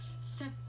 set